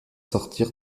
sortir